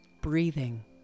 breathing